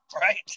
Right